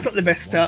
the best ah